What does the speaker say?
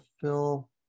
fill